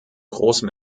großem